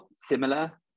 similar